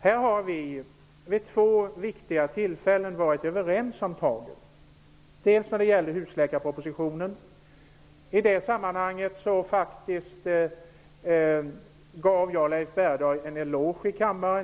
Här har vi vid två viktiga tillfällen varit överens om tagen, först och främst vad gäller husläkarpropositionen. I det sammanhanget gav jag Leif Bergdahl en eloge i kammaren.